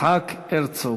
יצחק הרצוג.